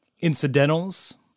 incidentals